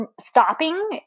Stopping